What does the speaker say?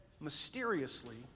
mysteriously